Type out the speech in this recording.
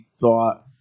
thought